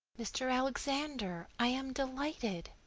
mr. alexander! i am delighted.